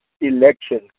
election